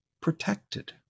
protected